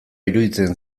iruditzen